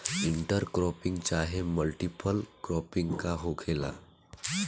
Inter cropping चाहे multiple cropping का होखेला?